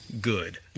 good